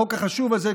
על החוק החשוב הזה,